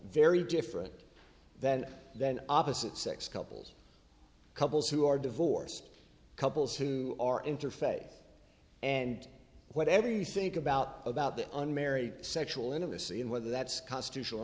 very different than then opposite sex couples couples who are divorced couples who are interface and whatever you think about about the unmarried sexual intimacy and whether that's constitutional